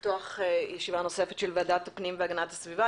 אני שמחה לפתוח ישיבה נוספת של ועדת הפנים והגנת הסביבה.